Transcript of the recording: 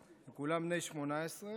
הם כולם בני 18,